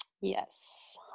Yes